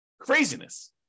Craziness